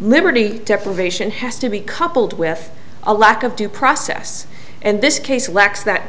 liberty deprivation has to be coupled with a lack of due process and this case lexx that